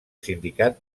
sindicat